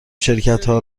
شرکتها